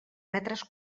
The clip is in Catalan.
metres